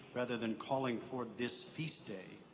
rather than calling for this feast day,